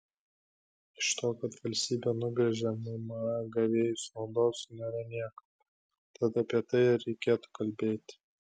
iš to kad valstybė nugręžia mma gavėjus naudos nėra niekam tad apie tai ir reikėtų kalbėti